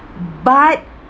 but